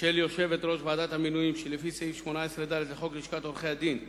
של יושבת-ראש ועדת המינויים לפי סעיף 18ד לחוק לשכת עורכי-הדין,